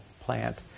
plant